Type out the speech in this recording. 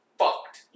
fucked